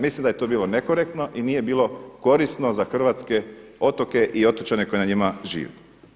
Mislim da je to bilo nekorektno i nije bilo korisno za hrvatske otoke i otočane koji na njima žive.